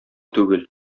түгел